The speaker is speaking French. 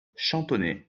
chantonnay